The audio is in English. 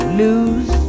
lose